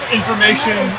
information